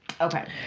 Okay